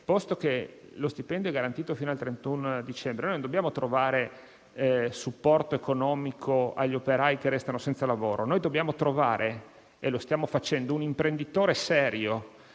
posto che gli stipendi sono garantiti fino al 31 dicembre, noi non dobbiamo trovare supporto economico agli operai che restano senza lavoro: dobbiamo trovare - e lo stiamo facendo - un imprenditore serio